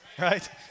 Right